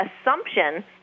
assumption